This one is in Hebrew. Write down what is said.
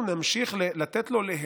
אנחנו נמשיך לתת לו ליהנות